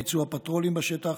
ביצוע פטרולים בשטח